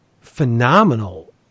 phenomenal